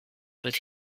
put